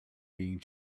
being